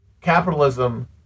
capitalism